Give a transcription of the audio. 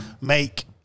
make